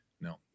No